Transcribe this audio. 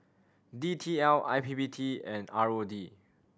D T L I P P T and R O D